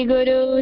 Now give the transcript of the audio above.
Guru